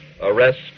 arrest